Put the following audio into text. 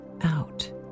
out